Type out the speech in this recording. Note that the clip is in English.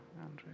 Andrew